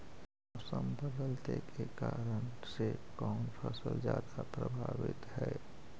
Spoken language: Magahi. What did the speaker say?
मोसम बदलते के कारन से कोन फसल ज्यादा प्रभाबीत हय?